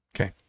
okay